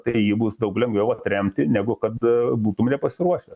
tai bus daug lengviau atremti negu kada būtumei nepasiruošęs